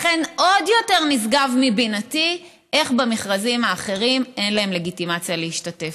לכן עוד יותר נשגב מבינתי איך במכרזים אחרים אין להם לגיטימציה להשתתף.